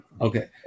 okay